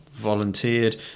volunteered